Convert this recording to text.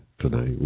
tonight